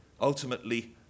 ultimately